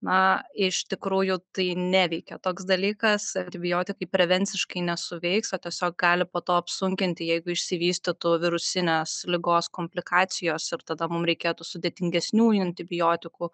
na iš tikrųjų tai neveikia toks dalykas antibiotikai prevenciškai nesuveiks o tiesiog gali po to apsunkinti jeigu išsivystytų virusinės ligos komplikacijos ir tada mum reikėtų sudėtingesnių antibiotikų